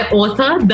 author